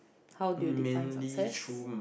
how do you define success